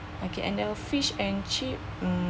okay and the fish and chip um